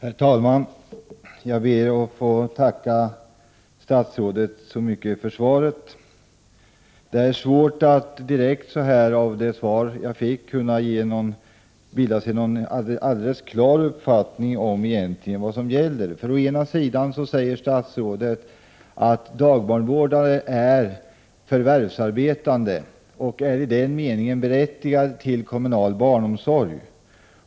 Herr talman! Jag ber att få tacka statsrådet för svaret. Det är svårt att så här direkt av det svar jag fick kunna bilda sig någon klar uppfattning om vad som egentligen gäller. Statsrådet säger å ena sidan att dagbarnvårdare är förvärvsarbetande och i den meningen berättigade till kommunal barnomsorg.